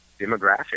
demographic